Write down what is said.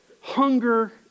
Hunger